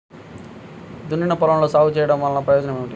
దున్నిన పొలంలో సాగు చేయడం వల్ల ప్రయోజనం ఏమిటి?